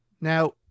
Now